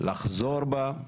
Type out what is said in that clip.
לחזור בה.